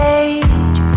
age